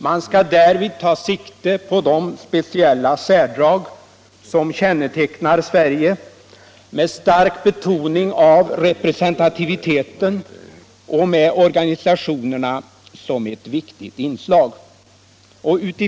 Man skall därvid ta sikte på de speciella särdrag som kännetecknar Sverige med stark betoning av representativiteten och med organisationerna som ett viktigt inslag.